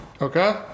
okay